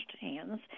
hands